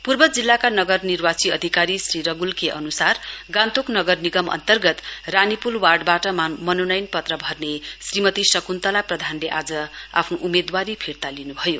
पूर्व जिल्लाका नगर निर्वाची अधिकारी श्री रगूल के अनुसार गान्तोक नगर निगम अन्तर्गत रानीपूल वार्डबाट मनोनयन पत्र भर्ने श्रीमती शकुन्तला प्रधानले आज आफ्नो उम्मेदवारी फिर्ता लिनुभयो